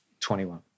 21